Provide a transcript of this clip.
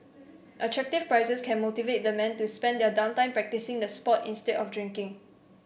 attractive prizes can motivate the men to spend their down time practising the sport instead of drinking